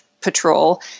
patrol